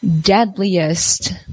deadliest